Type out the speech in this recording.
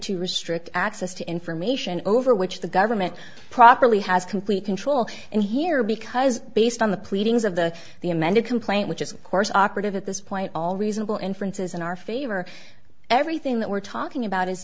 to restrict access to information over which the government properly has complete control and here because based on the pleadings of the the amended complaint which is of course operative at this point all reasonable inferences in our favor everything that we're talking about is